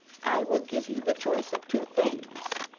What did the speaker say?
i will give you the choice of two things.